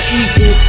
equal